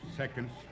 seconds